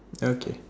okay